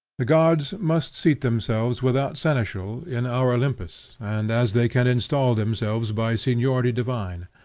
the gods must seat themselves without seneschal in our olympus, and as they can instal themselves by seniority divine.